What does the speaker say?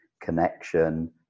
connection